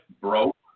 broke